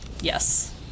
Yes